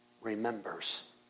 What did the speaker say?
remembers